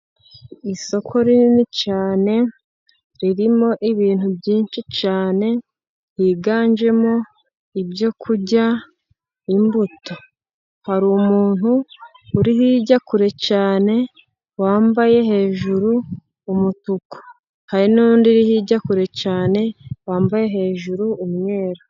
Isoko rinini cyane, ririmo ibintu byinshi cyane, higanjemo ibyo kurya imbuto. Hari umuntu uri hirya kure cyane, wambaye hejuru umutuku, hari n'undi hirya kure cyane, wambaye hejuru umweru.